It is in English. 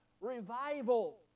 revival